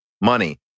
money